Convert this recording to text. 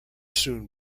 soon